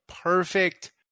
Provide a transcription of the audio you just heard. perfect